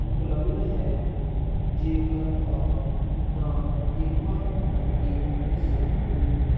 ਉਪਲਬਧ ਹੈ ਜੇਕਰ ਹਾਂ ਤਾਂ ਕਿਰਪਾ ਕਰਕੇ ਇਸ ਨੂੰ